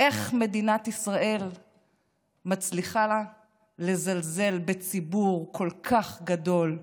איך מדינת ישראל מצליחה לזלזל בציבור כל כך גדול,